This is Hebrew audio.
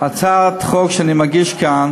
להצעת החוק הקודמת של עפר שלח,